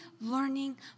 learning